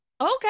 okay